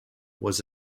was